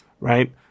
right